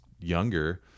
younger